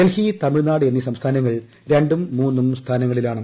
ഡൽഹി തമിഴ്നാട് എന്നീ സംസ്ഥാനങ്ങൾ രണ്ടും മൂന്നും സ്ഥാനങ്ങളിലാണ്